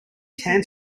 tan